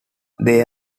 they